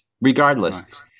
regardless